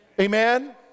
Amen